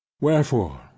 Wherefore